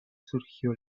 surgió